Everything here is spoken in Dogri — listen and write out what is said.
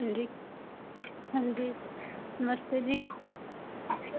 हां जी हां जी नमस्ते जी